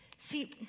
See